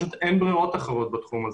פשוט אין ברירות אחרות בתחום הזה.